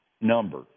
number